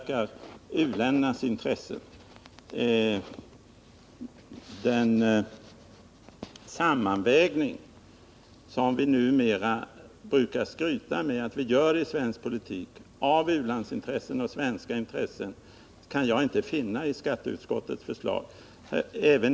Den sammanvägning av u-landsintressen och svenska intressen som vi numera brukar skryta med att vi gör i svensk politik, och som bildar grunden för vår u-landspolitik, kan jag inte finna i skatteutskottets förslag.